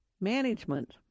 management